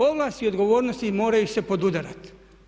Ovlast i odgovornosti moraju se podudarati.